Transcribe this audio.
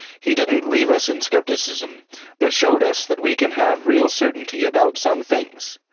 he didn't leave us in skepticism but showed us that we can have real certainty about some things,